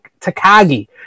Takagi